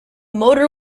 motor